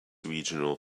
regional